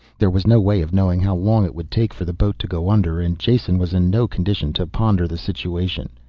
there was no way of knowing how long it would take for the boat to go under, and jason was in no condition to ponder the situation.